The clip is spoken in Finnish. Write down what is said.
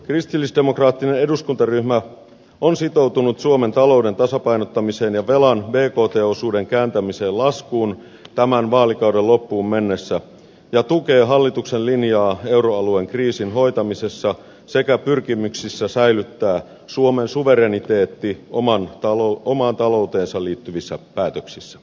kristillisdemokraattinen eduskuntaryhmä on sitoutunut suomen talouden tasapainottamiseen ja velan bkt osuuden kääntämiseen laskuun tämän vaalikauden loppuun mennessä ja tukee hallituksen linjaa euroalueen kriisin hoitamisessa sekä pyrkimyksissä säilyttää suomen suvereniteetti omaan talouteensa liittyvissä päätöksis sä